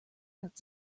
out